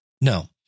No